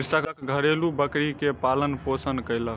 कृषक घरेलु बकरी के पालन पोषण कयलक